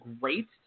great